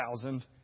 thousand